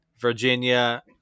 Virginia